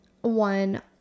one